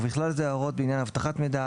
ובכלל זה ההוראות בעניין אבטחת מידע,